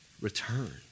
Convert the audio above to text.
return